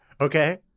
Okay